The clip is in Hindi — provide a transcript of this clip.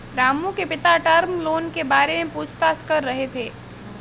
रामू के पिता टर्म लोन के बारे में पूछताछ कर रहे थे